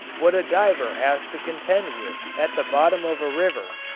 what a diver has to contend with at the bottom of a river.